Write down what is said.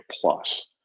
plus